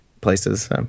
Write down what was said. places